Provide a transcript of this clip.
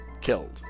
killed